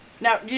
Now